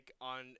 on